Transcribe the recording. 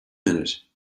minute